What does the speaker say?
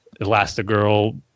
Elastigirl